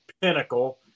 pinnacle